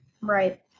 Right